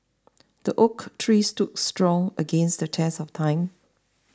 the oak tree stood strong against the test of time